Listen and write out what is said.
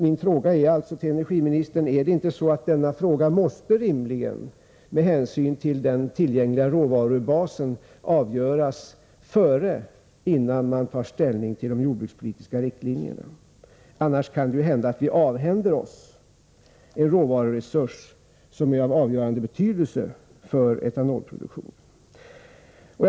Min fråga till energiministern är alltså: Måste inte rimligen denna fråga med hänsyn till den tillgängliga råvarubasen avgöras innan man tar ställning till de jordbrukspolitiska riktlinjerna? Annars kan det ju hända att vi avhänder oss en råvaruresurs som är av avgörande betydelse för etanolproduktionen.